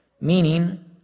meaning